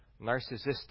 Narcissistic